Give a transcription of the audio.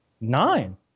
Nine